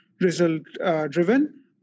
result-driven